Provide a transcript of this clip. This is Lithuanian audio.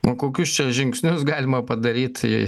o kokius čia žingsnius galima padaryt jei